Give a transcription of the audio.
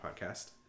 podcast